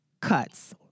cuts